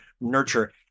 nurture